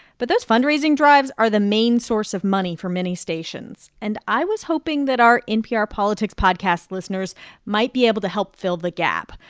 but those fundraising drives are the main source of money for many stations. and i was hoping that our npr politics podcast listeners might be able to help fill the gap.